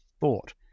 thought